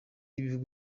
y’ibihugu